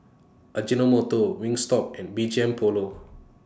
Ajinomoto Wingstop and B G M Polo